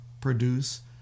produce